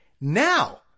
Now